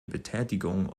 betätigung